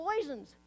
poisons